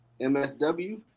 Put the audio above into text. MSW